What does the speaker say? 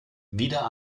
wieder